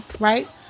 right